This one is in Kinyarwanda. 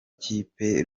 kipe